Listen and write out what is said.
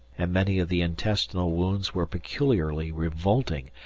and many of the intestinal wounds were peculiarly revolting,